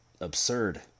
absurd